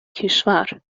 کشور